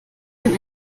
dem